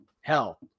hell